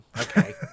Okay